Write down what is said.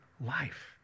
life